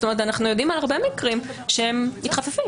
אנחנו יודעים על הרבה מקרים שהם מתחפפים.